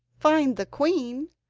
find the queen?